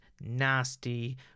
nasty